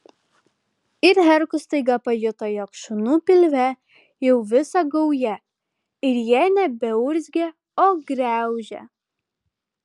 ir herkus staiga pajuto jog šunų pilve jau visa gauja ir jie nebeurzgia o graužia